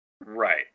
Right